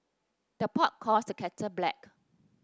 the pot calls the kettle black